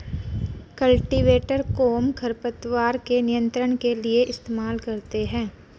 cultivator कोहम खरपतवार के नियंत्रण के लिए इस्तेमाल करते हैं